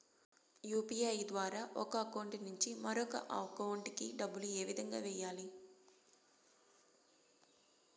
UPI ద్వారా ఒక account నుంచి మరొక అకౌంట్ కి డబ్బులు ఏ విధంగా వెయ్యాలి